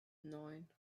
neun